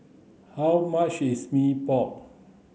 how much is Mee Pok